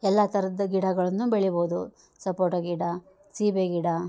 ಎಲ್ಲ ಥರದ್ ಗಿಡಗಳನ್ನು ಬೆಳಿಬೋದು ಸಪೋಟ ಗಿಡ ಸೀಬೆ ಗಿಡ